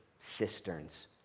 cisterns